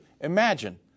Imagine